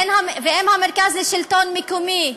ואם מרכז השלטון המקומי,